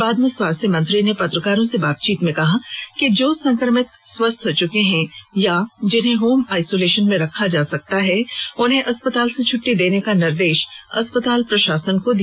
बाद में स्वास्थ्य मंत्री ने पत्रकारों से बातचीत में कहा कि जो संक्रमित स्वस्थ हो चुके हैं अथवा जिन्हें होम आइसोलेशन में रखा जा सकता है उन्हें अस्पताल से छुट्टी देने का निर्देश अस्पताल प्रशासन को दिया